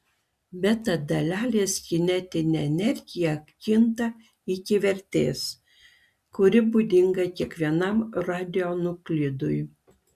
beta dalelės kinetinė energija kinta iki vertės kuri būdinga kiekvienam radionuklidui